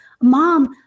mom